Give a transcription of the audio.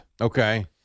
Okay